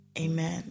Amen